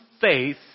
faith